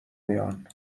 میان